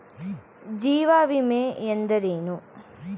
ಜೀವ ವಿಮೆ ಎಂದರೇನು?